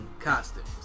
costumes